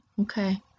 Okay